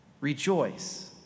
Rejoice